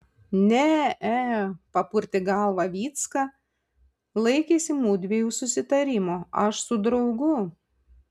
ne e papurtė galvą vycka laikėsi mudviejų susitarimo aš su draugu